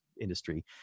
industry